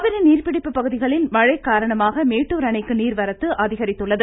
காவிரி நீர்ப்பிடிப்பு பகுதிகளில் மழை காரணமாக மேட்டூர் அணைக்கு நீர்வரத்து அதிகரித்துள்ளது